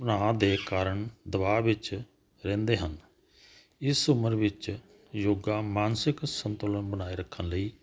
ਉਹਨਾਂ ਦੇ ਕਾਰਨ ਦਬਾਅ ਵਿੱਚ ਰਹਿੰਦੇ ਹਨ ਇਸ ਉਮਰ ਵਿੱਚ ਯੋਗਾ ਮਾਨਸਿਕ ਸੰਤੁਲਨ ਬਣਾਏ ਰੱਖਣ ਲਈ